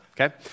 okay